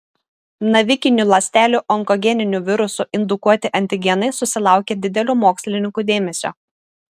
navikinių ląstelių onkogeninių virusų indukuoti antigenai susilaukė didelio mokslininkų dėmesio